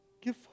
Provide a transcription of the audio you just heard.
Give